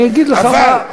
אבל אני אגיד לך מה,